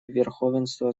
верховенства